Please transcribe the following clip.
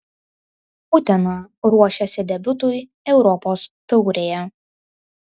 utena ruošiasi debiutui europos taurėje